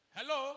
Hello